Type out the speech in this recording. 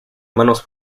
manos